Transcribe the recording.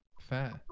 Fair